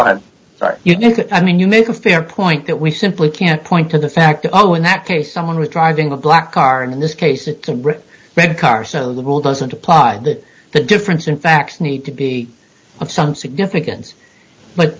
now have for you i mean you make a fair point that we simply can't point to the fact that oh in that case someone was driving a black car in this case it can rip red car so the rule doesn't apply that the difference in facts need to be of some significance but